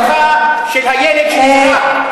מישהו מהמשפחה של הילד שנספה,